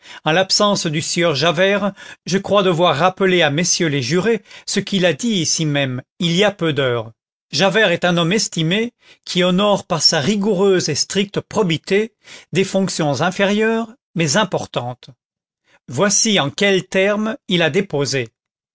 en l'absence du sieur javert je crois devoir rappeler à messieurs les jurés ce qu'il a dit ici même il y a peu d'heures javert est un homme estimé qui honore par sa rigoureuse et stricte probité des fonctions inférieures mais importantes voici en quels termes il a déposé